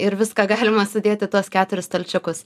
ir viską galima sudėt į tuos keturis stalčiukus